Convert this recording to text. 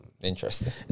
Interesting